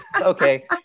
okay